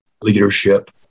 leadership